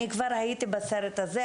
כבר הייתי בסרט הזה,